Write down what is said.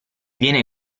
viene